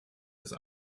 ist